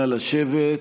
אנא, לשבת,